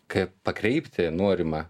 kaip pakreipti norima